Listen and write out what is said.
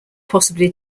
possibly